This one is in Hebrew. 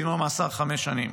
דינו מאסר חמש שנים.